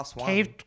Cave